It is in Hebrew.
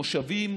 מושבים,